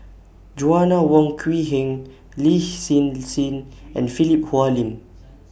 Joanna Wong Quee Heng Lin Hsin Hsin and Philip Hoalim